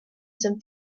some